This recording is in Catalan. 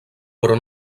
però